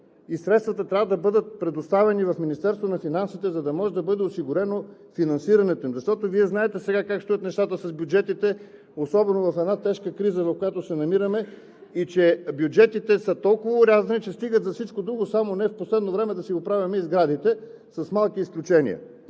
и плановете трябва да бъдат предоставени в Министерството на финансите, за да бъде осигурено финансирането им. Вие знаете как стоят нещата с бюджетите, особено в тежката криза, в която се намираме, и бюджетите са толкова орязани, че стигат за всичко друго, само не в последно време да си оправяме и сградите с малки изключения.